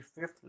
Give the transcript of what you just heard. fifth